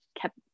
kept